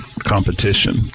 competition